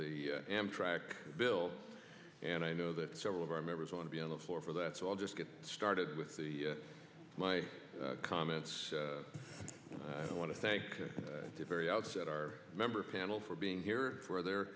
the amtrak bill and i know that several of our members want to be on the floor for that so i'll just get started with the my comments i want to thank you very outset our member panel for being here for their